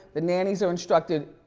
the nannies are instructed,